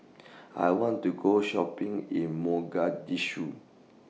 I want to Go Shopping in Mogadishu